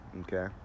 Okay